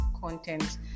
content